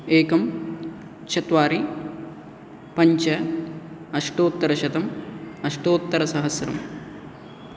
एकं चत्वारि पञ्च अष्टोत्तरशतम् अष्टोत्तरसहस्रं